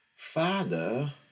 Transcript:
father